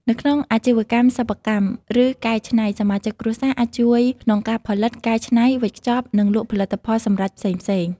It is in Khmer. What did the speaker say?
នៅក្នុងអាជីវកម្មសិប្បកម្ម ឬកែច្នៃ សមាជិកគ្រួសារអាចជួយក្នុងការផលិត កែច្នៃ វេចខ្ចប់ និងលក់ផលិតផលសម្រេចផ្សេងៗ។